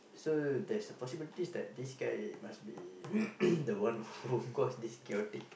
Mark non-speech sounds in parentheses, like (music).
so there's a possibility that this guy must be (noise) the one who (breath) cause this chaotic